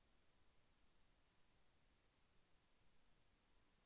నేను ఋణం పొందటానికి అర్హత ఏమిటి?